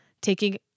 taking